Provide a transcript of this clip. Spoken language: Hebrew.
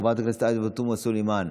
חברת הכנסת עאידה תומא סלימאן,